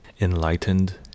enlightened